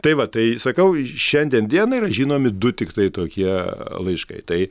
tai va tai sakau šiandien dienai yra žinomi du tiktai tokie laiškai tai